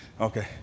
okay